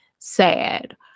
sad